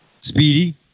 Speedy